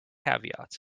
caveats